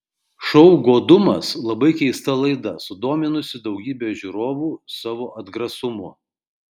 šou godumas labai keista laida sudominusi daugybę žiūrovu savo atgrasumu